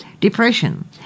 depression